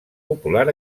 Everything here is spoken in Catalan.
popular